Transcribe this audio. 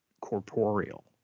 corporeal